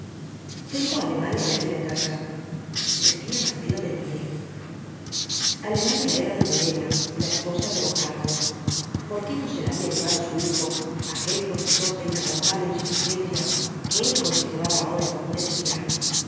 tengo á alemania metida en casa decía marcelo desnoyers alemania era doña elena la esposa de von hartrott por qué no se la había llevado su hijo aquel profesor de inaguantable insuficiencia que él consideraba ahora como un espía